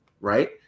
right